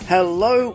Hello